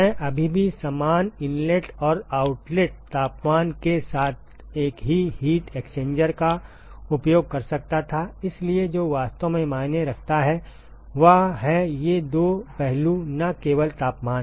मैं अभी भी समान इनलेट और आउटलेट तापमान के साथ एक ही हीट एक्सचेंजर का उपयोग कर सकता था इसलिए जो वास्तव में मायने रखता है वह है ये दो पहलू न केवल तापमान